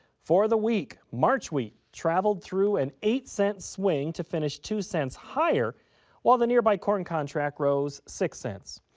for the week, march wheat traveled through an eight cent swing to finish two cents higher while the nearby corn contract rose six cents.